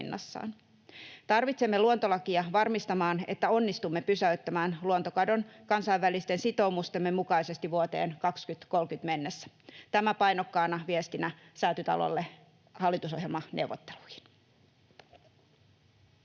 Tarvitsemme luontolakia varmistamaan, että onnistumme pysäyttämään luontokadon kansainvälisten sitoumustemme mukaisesti vuoteen 2030 mennessä. Tämä painokkaana viestinä Säätytalolle hallitusohjelmaneuvotteluihin.